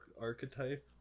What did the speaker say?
Archetype